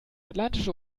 atlantische